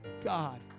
God